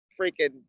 freaking